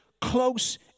close